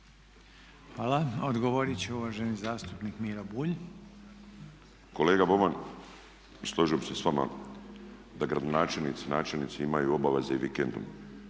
Hvala. Odgovorit će uvaženi zastupnik Miro Bulj. **Bulj, Miro (MOST)** Kolega Boban složio bih se s vama da gradonačelnici, načelnici imaju obaveze i vikendom.